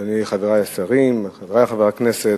תודה רבה, אדוני, חברי השרים, חברי חברי הכנסת,